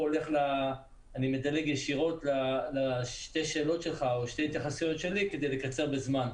אני מדלג ישירות לשתי השאלות שלך כדי לקצר בזמן.